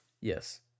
Yes